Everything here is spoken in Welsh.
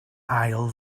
ail